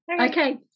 okay